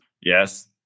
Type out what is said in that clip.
Yes